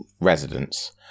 residents